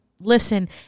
Listen